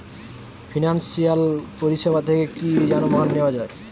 Financial পরিসেবা থেকে কি যানবাহন নেওয়া যায়?